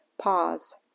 pause